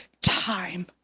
time